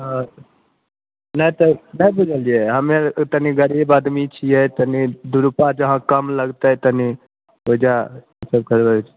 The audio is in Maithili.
अच्छा नहि तऽ नहि बुझलियै हमे तनी गरीब आदमी छियै तनि दू रुपा जहाँ कम लगतै ओहिजा सब करबाबै